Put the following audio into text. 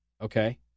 Okay